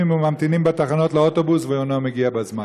וממתינים בתחנות לאוטובוס והוא אינו מגיע בזמן.